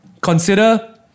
consider